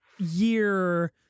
year